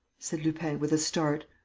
said lupin, with a start.